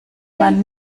man